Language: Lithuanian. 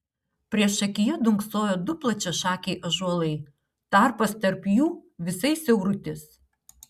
priešakyje dunksojo du plačiašakiai ąžuolai tarpas tarp jų visai siaurutis